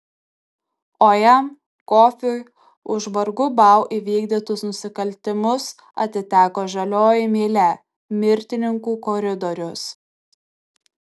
o jam kofiui už vargu bau įvykdytus nusikaltimus atiteko žalioji mylia mirtininkų koridorius